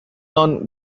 known